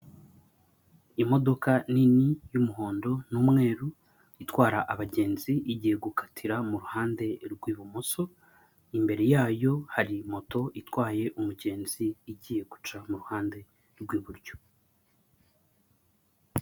Imodoka nini y'umuhondo n'umweru itwara abagenzi igiye gukatira mu ruhande rw'ibumoso, imbere yayo hari moto itwaye umugenzi igiye guca mu ruhande rw'iburyo.